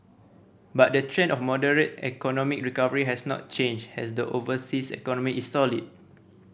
but the trend of moderate economic recovery has not changed as the overseas economy is solid